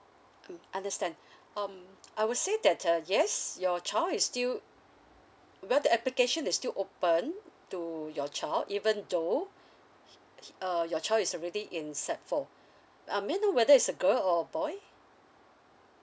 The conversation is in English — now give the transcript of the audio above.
mm understand um I would say that uh yes your child is still because the application is still open to your child even though uh your child is already in sec four uh may I know whether is a girl or boy